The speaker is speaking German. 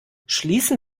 schließen